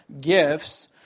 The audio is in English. gifts